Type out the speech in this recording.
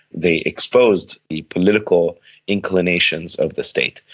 they exposed the political inclinations of the state.